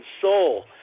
Soul